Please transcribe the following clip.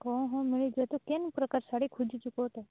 କହ ମିଳିଯିବ ତ ତୁ କେନ୍ ପ୍ରକାର ଶାଢ଼ୀ ଖୋଜୁଛୁ କହ ତ